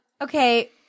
Okay